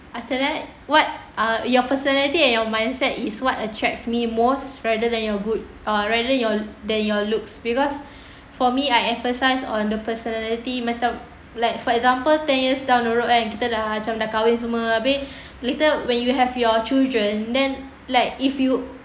macam mana eh what uh your personality and your mindset is what attracts me most rather than your goods uh rather you~ than your looks because for me I emphasize on the personality macam like for example ten years down the road kan kita dah macam dah kahwin semua habis kita when you have your children then like if you